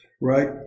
Right